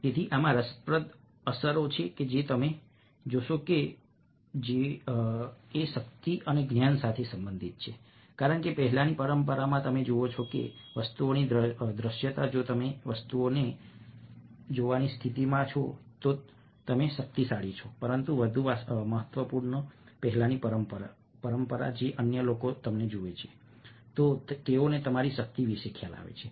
તેથી આમાં રસપ્રદ અસરો છે હવે તમે જોશો કે જોવું એ શક્તિ અને જ્ઞાન સાથે સંબંધિત છે કારણ કે પહેલાની પરંપરામાં તમે જુઓ છો કે વસ્તુઓની દૃશ્યતા જો તમે વસ્તુઓને જોવાની સ્થિતિમાં છો તો તમે શક્તિશાળી છો પરંતુ વધુ મહત્વપૂર્ણ પહેલાની પરંપરા જો અન્ય લોકો તમને જુએ છે તો તેઓને તમારી શક્તિ વિશે ખ્યાલ આવે છે